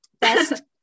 best